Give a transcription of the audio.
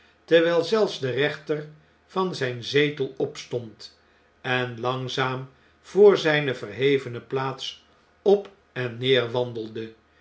terwjjl zelfs de rechter van zjjn zetel opstond en langzaam voor zijne verhevene plaats op en neer wandelde